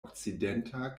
okcidenta